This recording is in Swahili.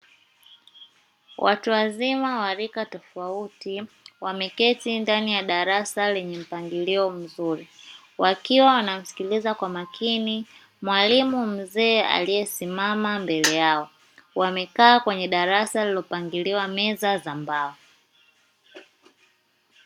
Watu wazima wa rika tofauti wameketi ndani ya darasa lenye mpangilio mzuri, wakiwa wanamsikiliza kwa makini mwalimu mzee aliyesimama mbele yao wamekaa kwenye darasa lilopangiliwa meza za mbao.